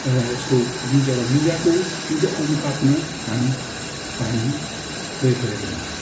एउटा यसको जुन चाहिँ एउटा लुगाको जुन चाहिँ अनुपातमा हामी पानी प्रयोग गरेको हुन्छौँ